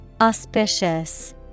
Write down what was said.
Auspicious